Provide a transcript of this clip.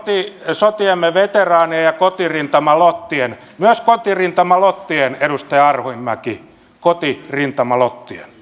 sotiemme veteraanien ja kotirintamalottien asiassa myös kotirintamalottien edustaja arhinmäki kotirintamalottien